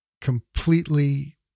completely